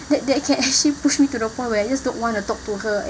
that that can actually push me to the point where I just don't want to talk to her